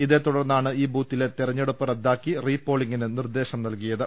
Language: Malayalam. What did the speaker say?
ഇതേത്തുടർന്നാണ് ഈ ബൂത്തില്ലെ തെരഞ്ഞെടുപ്പ് റദ്ദാക്കി റീ പോളിംഗിന് നിർദ്ദേശം നൽകിയത്